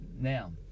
Now